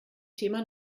thema